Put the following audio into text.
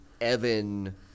Evan